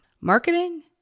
marketing